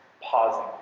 pausing